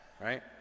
right